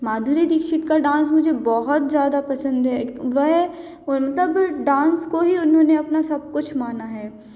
माधुरी दीक्षित का डांस मुझे बहुत ज़्यादा पसंद है वह उनका भी डांस को ही उन्होंने अपना सब कुछ माना है